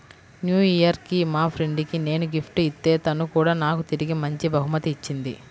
new year కి మా friend కి నేను గిఫ్ట్ ఇత్తే తను కూడా నాకు తిరిగి మంచి బహుమతి ఇచ్చింది